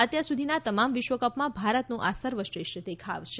અત્યારસુધીના તમામ વિશ્વકપમાં ભારતનો આ સર્વશ્રેષ્ઠ દેખાવ છે